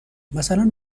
مثلا